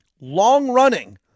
long-running